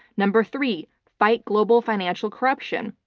number three, fight global financial corruption.